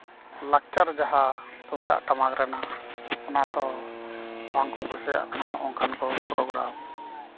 ᱞᱟᱠᱪᱟᱨ ᱡᱟᱦᱟᱸ ᱛᱩᱢᱫᱟᱜ ᱴᱟᱢᱟᱠ ᱨᱮᱱᱟᱜ ᱚᱱᱟᱛᱚ ᱵᱟᱝ ᱠᱚ ᱠᱩᱥᱤᱭᱟᱜ ᱠᱟᱱᱟ ᱱᱚᱝᱠᱟᱱ ᱠᱚ ᱯᱨᱚᱜᱨᱟᱢ